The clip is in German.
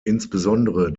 insbesondere